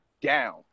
down